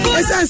yes